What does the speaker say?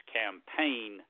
campaign